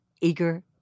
eager